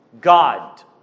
God